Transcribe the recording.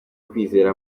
kwizera